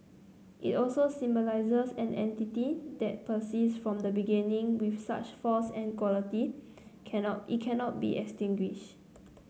it also symbolises an entity that persists from the beginning with such force and quality can not it cannot be extinguished